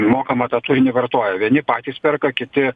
mokamą tą turinį vartoja vieni patys perka kiti